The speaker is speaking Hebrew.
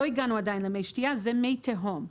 לא הגענו עדיין למי שתייה אלה מי תהום.